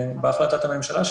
מהחלטת הממשלה,